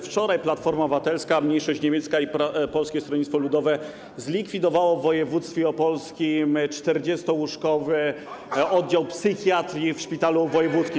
Wczoraj Platforma Obywatelska, Mniejszość Niemiecka i Polskie Stronnictwo Ludowe zlikwidowali w województwie opolskim 40-łóżkowy oddział psychiatrii w szpitalu wojewódzkim.